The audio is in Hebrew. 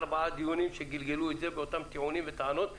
ארבעה דיונים שגלגלו את זה באותם טיעונים וטענות.